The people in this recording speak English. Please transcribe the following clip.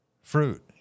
Fruit